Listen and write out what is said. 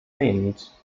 tajemnic